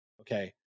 Okay